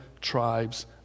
tribes